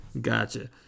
Gotcha